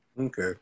Okay